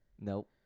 Nope